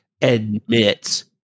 admits